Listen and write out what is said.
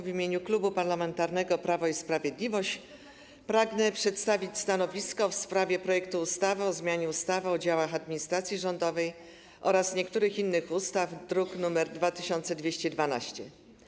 W imieniu Klubu Parlamentarnego Prawo i Sprawiedliwość pragnę przedstawić stanowisko w sprawie projektu ustawy o zmianie ustawy o działach administracji rządowej oraz niektórych innych ustaw, druk nr 2212.